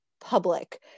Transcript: public